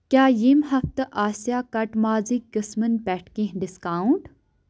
کیٛاہ ییٚمہِ ہفتہٕ آسیا کٹہٕ مازٕکۍ قٕسمن پٮ۪ٹھ کینٛہہ ڈسکاونٹ